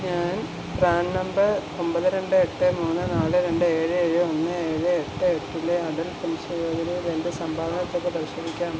ഞാൻ PAN number ഒമ്പത് രണ്ട് എട്ട് മൂന്ന് നാല് രണ്ട് ഏഴ് ഏഴ് ഒന്ന് ഏഴ് എട്ടിലെ അടൽ പെൻഷൻ യോജനയിൽ എൻ്റെ സംഭാവന തുക പരിശോധിക്കാമോ